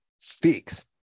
fix